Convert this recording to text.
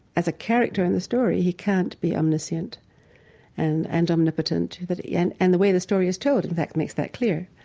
as a character in the story, he can't be omniscient and and omnipotent yeah and and the way the story is told, in fact, makes that clear.